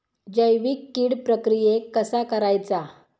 जैविक कीड प्रक्रियेक कसा करायचा?